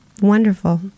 wonderful